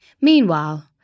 Meanwhile